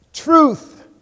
Truth